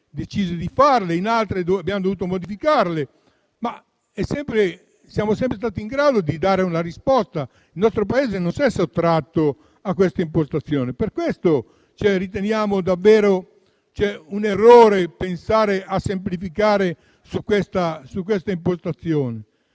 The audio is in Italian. decise; in altri casi abbiamo dovuto modificarla, ma siamo sempre stati in grado di dare una risposta. Il nostro Paese non si è sottratto a una tale impostazione. Per questo riteniamo davvero che sia un errore pensare di semplificare detta impostazione.